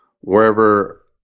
wherever